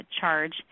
charge